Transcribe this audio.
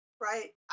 right